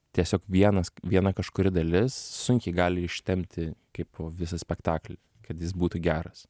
tiesiog vienas viena kažkuri dalis sunkiai gali ištempti kaip visą spektaklį kad jis būtų geras